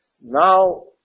Now